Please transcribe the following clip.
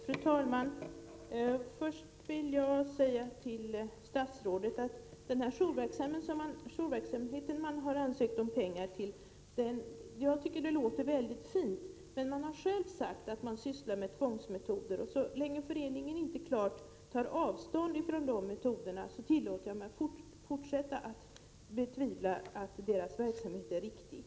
Fru talman! Först vill jag säga till statsrådet att jag tycker att den jourverksamhet som föreningen har ansökt om pengar till låter som någonting fint, men man har själv sagt att man sysslar med tvångsmetoder, och så länge föreningen inte klart tar avstånd från sådana metoder tillåter jag mig att fortsätta att betvivla att verksamheten är riktig.